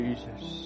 Jesus